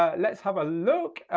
ah let's have a look.